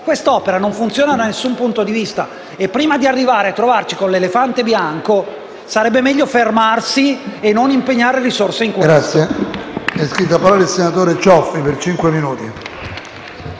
Questa opera non funziona da alcun punto di vista. Prima di trovarci con l'elefante bianco, sarebbe meglio fermarsi e non impegnare risorse in questo.